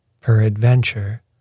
peradventure